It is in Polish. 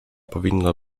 powinno